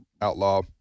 outlaw